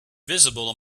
visible